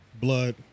Blood